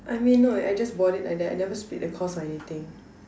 I mean no I just bought it like that I never split the cost or anything